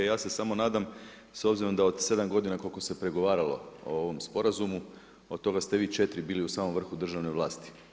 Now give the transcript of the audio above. Ja se samo nadam s obzirom da od sedam godina koliko se pregovaralo o ovom sporazumu od toga ste vi četiri bili u samom vrhu državne vlasti.